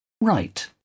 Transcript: Right